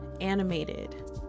animated